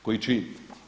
Koji čin?